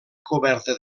coberta